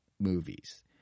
movies